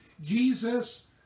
Jesus